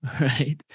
Right